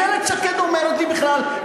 איילת שקד אומרת לי: בכלל,